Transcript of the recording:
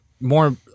more